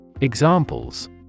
Examples